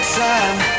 time